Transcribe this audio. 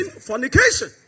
fornication